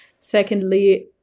secondly